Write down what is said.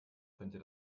könnte